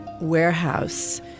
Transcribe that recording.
warehouse